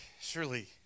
surely